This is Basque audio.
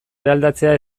eraldatzea